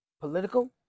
political